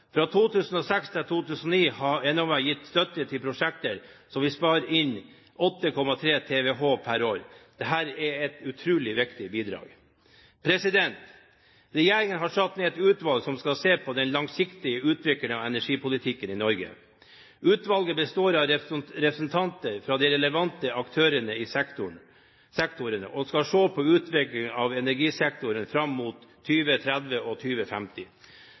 Fra 2006 til 2009 har Enova gitt støtte til prosjekter som vil spare inn 8,3 TWh per år. Dette er et utrolig viktig bidrag. Regjeringen har satt ned et utvalg som skal se på den langsiktige utviklingen av energipolitikken i Norge. Utvalget består av representanter fra de relevante aktørene i sektoren og skal se på utviklingen av energisektoren fram mot 2030 og